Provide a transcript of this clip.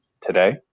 today